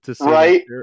Right